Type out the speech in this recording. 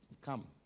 come